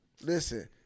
listen